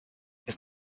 ist